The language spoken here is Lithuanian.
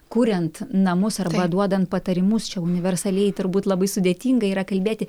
kuriant namus arba duodant patarimus čia universaliai turbūt labai sudėtinga yra kalbėti